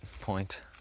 point